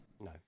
No